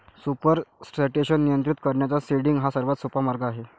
supersaturation नियंत्रित करण्याचा seeding हा सर्वात सोपा मार्ग आहे